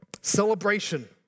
Celebration